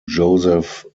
joseph